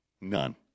none